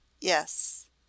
yes